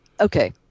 Okay